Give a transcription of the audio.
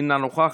אינה נוכחת,